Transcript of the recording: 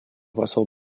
посол